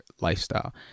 lifestyle